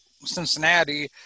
Cincinnati